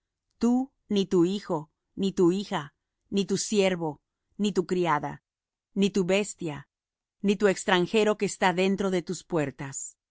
tú ni tu hijo ni tu hija ni tu siervo ni tu criada ni tu bestia ni tu extranjero que está dentro de tus puertas